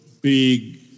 big